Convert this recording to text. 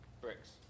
bricks